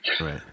right